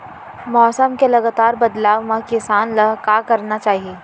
मौसम के लगातार बदलाव मा किसान ला का करना चाही?